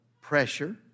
pressure